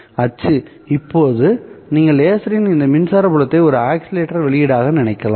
அச்சு இப்போது நீங்கள் லேசரின் இந்த மின்சார புலத்தை ஒரு ஆஸிலேட்டர் வெளியீடாக நினைக்கலாம்